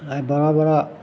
आइ बड़ा बड़ा